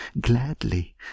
gladly